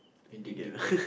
and dig deeper